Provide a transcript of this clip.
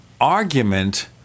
argument